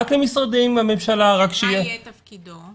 רק למשרדי ממשלה --- מה יהיה תפקידו?